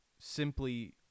simply